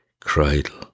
cradle